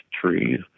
trees